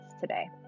today